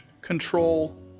control